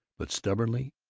but, stubbornly,